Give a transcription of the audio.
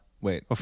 Wait